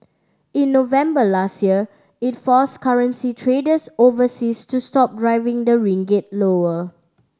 in November last year it forced currency traders overseas to stop driving the ringgit lower